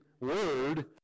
word